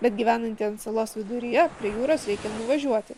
bet gyvenantiem ant salos viduryje prie jūros reikia nuvažiuoti